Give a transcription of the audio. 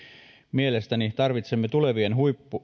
mielestäni tarvitsemme tulevien